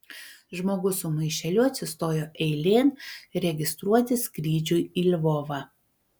žmogus su maišeliu atsistojo eilėn registruotis skrydžiui į lvovą